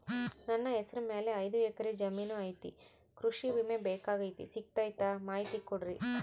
ನನ್ನ ಹೆಸರ ಮ್ಯಾಲೆ ಐದು ಎಕರೆ ಜಮೇನು ಐತಿ ಕೃಷಿ ವಿಮೆ ಬೇಕಾಗೈತಿ ಸಿಗ್ತೈತಾ ಮಾಹಿತಿ ಕೊಡ್ರಿ?